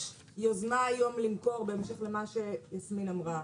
יש יוזמה היום למכור בהמשך למה שיסמין אמרה,